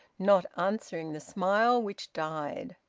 not answering the smile, which died.